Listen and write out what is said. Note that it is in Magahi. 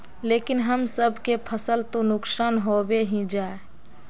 लेकिन हम सब के फ़सल तो नुकसान होबे ही जाय?